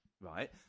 Right